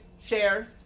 share